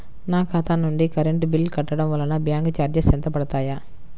నా ఖాతా నుండి కరెంట్ బిల్ కట్టడం వలన బ్యాంకు చార్జెస్ ఎంత పడతాయా?